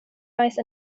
rise